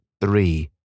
three